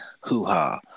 hoo-ha